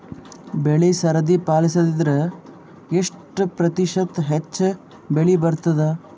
ಬೆಳಿ ಸರದಿ ಪಾಲಸಿದರ ಎಷ್ಟ ಪ್ರತಿಶತ ಹೆಚ್ಚ ಬೆಳಿ ಬರತದ?